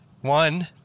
one